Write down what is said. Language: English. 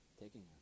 taking